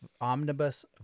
omnibus